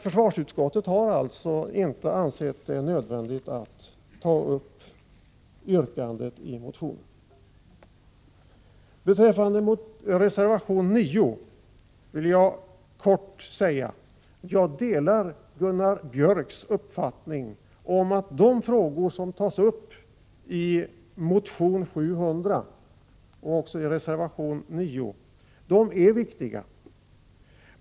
Försvarsutskottet har alltså inte ansett det nödvändigt att ta upp yrkandet i motionen. Beträffande reservation 9 vill jag säga att jag delar Gunnar Björks uppfattning, att de frågor som tas upp i motion 700 och även i reservation 9 är viktiga.